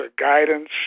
guidance